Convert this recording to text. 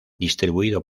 distribuido